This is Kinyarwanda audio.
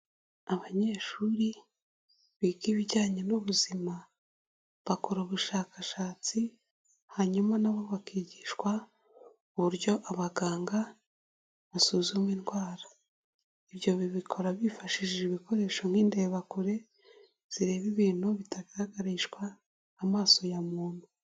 Abanyeshuri biga ibijyanye n'ubuzima bakora ubushakashatsi hanyuma na bo bakigishwa uburyo abaganga basuzuma indwara, ibyo babikora bifashishije ibikoresho nk'indebakure zireba ibintu bitagaragarishwa amaso ya muntu.